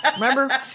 Remember